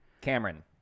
Cameron